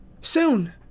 Soon